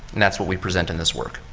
and that's what we present in this work.